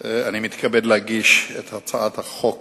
אני מתכבד להגיש את הצעת החוק